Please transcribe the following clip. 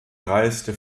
reiste